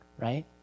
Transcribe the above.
right